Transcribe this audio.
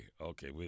okay